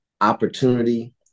opportunity